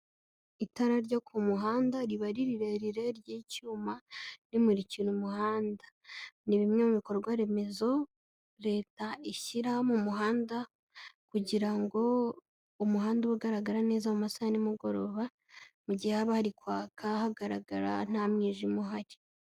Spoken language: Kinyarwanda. Itara ryo ku muhanda riba rirerire ry'icyuma rimurikira umuhanda. Ni bimwe mu bikorwa remezo leta ishyira mu umuhanda kugira ngo umuhanda ugaragara neza amasaha ya nimugoroba mu gihe haba hari kwaka hagaragara nta mwijima uhari.